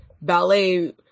ballet